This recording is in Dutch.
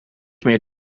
meer